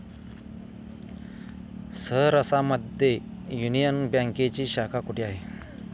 सहरसा मध्ये युनियन बँकेची शाखा कुठे आहे?